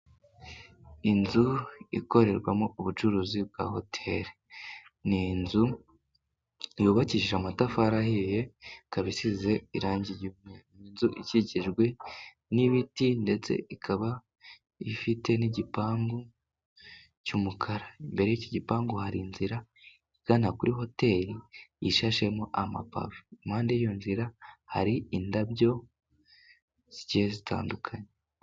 Inzu ikorerwamo ubucuruzi bwa hoteli. Ni inzu yubakishije amatafari ahiye, ikaba isize irangi ry'umukara. Inzu ikikijwe n'ibiti ndetse ikaba ifite n'igipangu cy'umukara. Imbere y'iki gipangu hari inzira igana kuri hoteli ishashemo amapave. Impande yiyo nzira hari indabo zigiye zitandukanye.